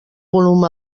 volum